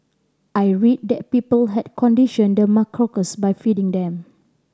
I read that people had conditioned the macaques by feeding them